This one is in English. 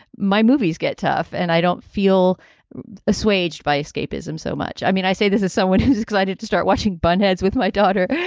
my movies get tough. and i don't feel assuaged by escapism so much. i mean, i say this is someone who's excited to start watching bunheads with my daughter.